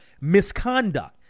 misconduct